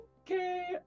okay